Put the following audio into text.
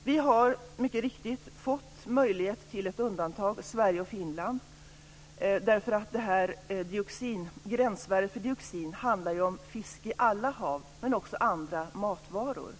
och Finland har mycket riktigt fått möjlighet till ett undantag. Gränsvärdet för dioxin gäller för fisk från alla hav men också för andra matvaror.